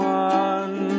one